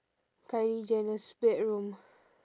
kylie jenner's bedroom